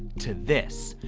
to this.